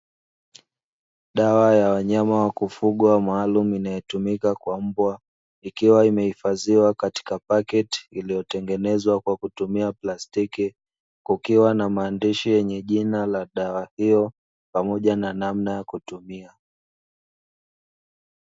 Dawa ya wanyama wa kufugwa maalumu inayotumika kwa mbwa ikiwa imehifadhiwa katika pakiti iliyotengenezwa kwa kutumia plastiki, kukiwa na maandishi yenye jina la dawa hiyo pamoja na namna kutumia.